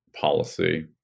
policy